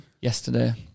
Yesterday